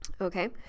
okay